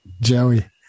Joey